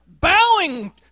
bowing